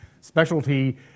specialty